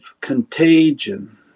contagion